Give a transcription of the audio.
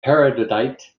peridotite